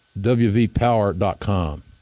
wvpower.com